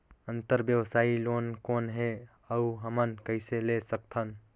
अंतरव्यवसायी लोन कौन हे? अउ हमन कइसे ले सकथन?